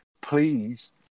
Please